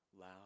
loud